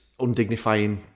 undignifying